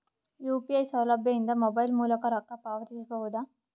UPI ಸೌಲಭ್ಯ ಇಂದ mobile ಮೂಲಕ ರೊಕ್ಕ ಪಾವತಿಸ ಬಹುದಾ?